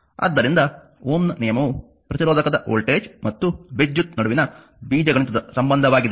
ಆದ್ದರಿಂದ Ωನ ನಿಯಮವು ಪ್ರತಿರೋಧಕದ ವೋಲ್ಟೇಜ್ ಮತ್ತು ವಿದ್ಯುತ್ ನಡುವಿನ ಬೀಜಗಣಿತ ಸಂಬಂಧವಾಗಿದೆ